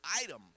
item